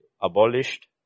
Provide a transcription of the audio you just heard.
abolished